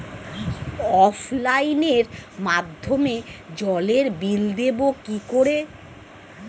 অফলাইনে মাধ্যমেই জলের বিল দেবো কি করে?